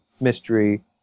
mystery